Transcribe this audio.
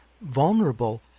vulnerable